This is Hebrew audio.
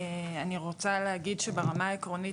אני רוצה להגיד שברמה העקרונית,